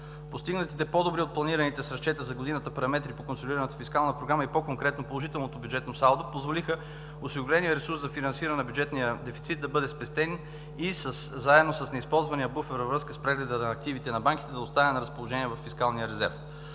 Постигнатите по-добри от планираните с разчета за годината параметри по Консолидираната фискална програма и по-конкретно положителното бюджетно салдо, позволиха осигуреният ресурс за финансиране на бюджетния дефицит да бъде спестен и заедно с неизползвания буфер във връзка с прегледа на активите на банките да остане на разположение във фискалния резерв.